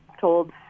told